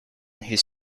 his